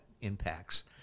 impacts